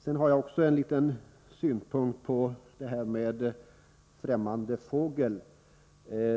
Jag har också en liten synpunkt på detta med ”främmande fågel”.